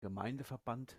gemeindeverband